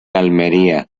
almería